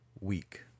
week